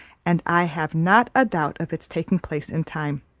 and i have not a doubt of its taking place in time.